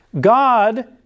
God